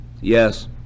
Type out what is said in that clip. Yes